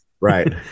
right